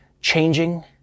changing